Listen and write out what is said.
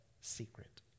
secret